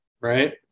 Right